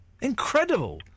Incredible